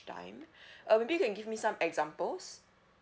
time uh maybe you can give me some examples